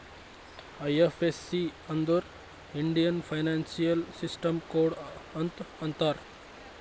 IFSC ಅಂದುರ್ Indian financial system code ಅಂತ್ ಅಂತಾರ್